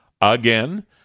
again